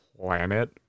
planet